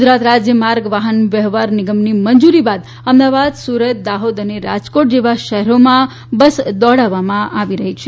ગુજરાત રાજ્ય માર્ગ વાહન વ્યવહાર નિગમની મંજૂરી બાદ અમદાવાદ સુરત દાહોદ અને રાજકોટ જેવા શહેરોમાં બસ દોડાવવામાં આવી છે